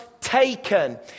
taken